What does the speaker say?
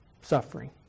suffering